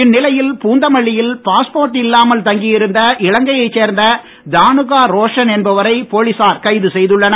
இந்நிலையில் பூந்தமல்லியில் பாஸ்போர்ட் இல்லாமல் தங்கியிருந்த இலங்கையை சேர்ந்த தானுகா ரோஷன் என்பவரை போலிசார் கைது செய்துள்ளனர்